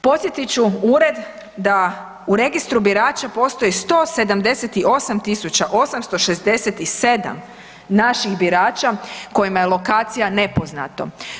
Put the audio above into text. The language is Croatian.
Podsjetit ću ured da u Registru birača postoji 178.867 naših birača kojima je lokacija nepoznato.